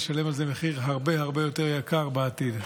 נשלם על זה מחיר הרבה יותר יקר בעתיד.